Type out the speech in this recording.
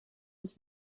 has